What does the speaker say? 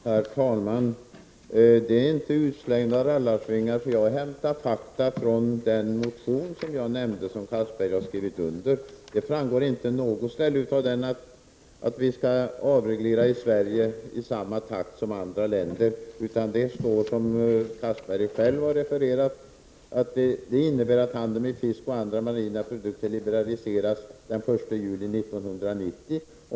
Herr talman! Det är inga utslängda rallarsvingar. Jag hämtar fakta från den motion som jag nämnde, som Anders Castberger har skrivit under. Det framgår inte på något ställe i den att vi skall avreglera i Sverige i samma takt som i andra länder. Det står, som Anders Castberger själv har refererat, att det ”innebär att handeln med fisk och andra marina produkter liberaliseras den 1 juli 1990”.